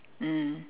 mm